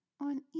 On